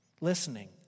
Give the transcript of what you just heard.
listening